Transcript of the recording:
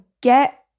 get